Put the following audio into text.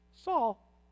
Saul